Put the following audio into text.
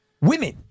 women